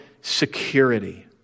security